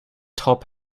top